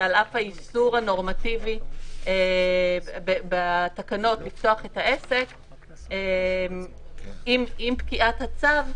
שעל אף האיסור הנורמטיבי בתקנות לפתוח את העסק עם פקיעת הצו,